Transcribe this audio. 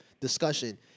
discussion